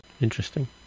Interesting